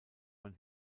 man